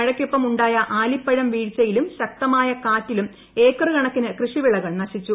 മഴയ്ക്കൊപ്പം ഉണ്ടായ ആലിപ്പഴം വീഴ്ചയിലും ശക്തമായ കാറ്റിലും ഏക്കറ് കണക്കിന് കൃഷിവിളകൾ നശിച്ചു